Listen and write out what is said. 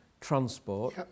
transport